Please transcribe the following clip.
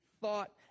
thought